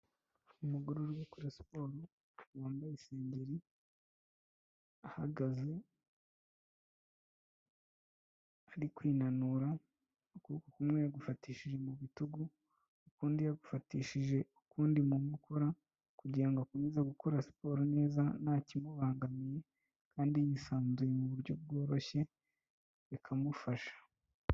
Umugore urikora siporo wambaye isengeri, ahagaze ari kwinanura, ukuboko kumwe yagufatishije mu bitugu, ukundi yagufatishije ukundi mu nkokora kugira ngo akomeze gukora siporo neza nta kimubangamiye kandi yisanzuye mu buryo bworoshye bikamufasha.